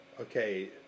Okay